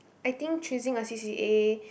I think choosing a C_C_A